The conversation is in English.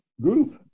group